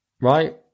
right